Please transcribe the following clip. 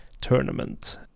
tournament